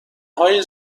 های